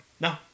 No